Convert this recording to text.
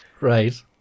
Right